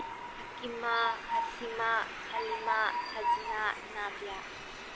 ꯍꯥꯀꯤꯃꯥ ꯍꯥꯁꯤꯃꯥ ꯁꯂꯤꯃꯥ ꯁꯖꯤꯅꯥ ꯅꯥꯕꯤꯌꯥ